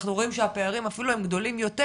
אנחנו רואים שהפערים אפילו הם גדולים יותר,